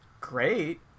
great